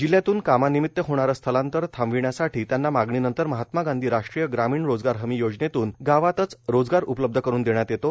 जिल्ह्यातून कामानिमित्त होणारं स्थलांतर थांबविण्यासाठी त्यांना मागणीनंतर महात्मा गांधी राष्ट्रीय ग्रामीण रोजगार हमी योजनेतून गावातच रोजगार उपलब्ध करून देण्यात येतो